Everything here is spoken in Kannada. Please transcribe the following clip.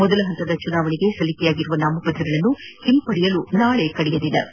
ಮೊದಲ ಹಂತದ ಚುನಾವಣೆಗೆ ಸಲ್ಲಿಕೆಯಾಗಿರುವ ನಾಮಪತ್ರಗಳನ್ನು ಹಿಂಪಡೆಯಲು ನಾಳೆ ಕೊನೆಯ ದಿನವಾಗಿದೆ